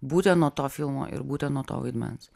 būtent nuo to filmo ir būtent nuo to vaidmens